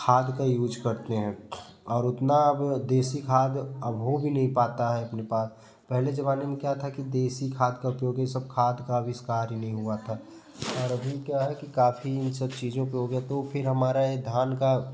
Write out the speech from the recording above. खाद का यूज करते हैं उतना अब देशी खाद अब हो भी नहीं पता पता है अपने पास पहले जमाने में क्या था कि देशी खाद का उपयोग ये सब खाद का आविष्कार ही नहीं हुआ था और अभी क्या है कि काफ़ी इन सब चीज़ों को हो गया तो फिर हमारा ये धान का